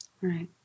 Right